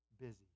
busy